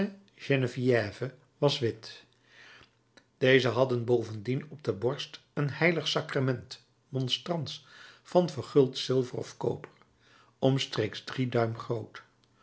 saint geneviève was wit deze hadden bovendien op de borst een h sacrament monstrans van verguld zilver of koper omstreeks drie duim